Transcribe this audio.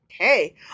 Okay